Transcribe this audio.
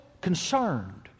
concerned